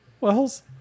Wells